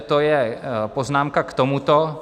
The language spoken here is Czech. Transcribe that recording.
To je poznámka k tomuto.